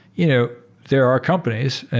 you know there are companies,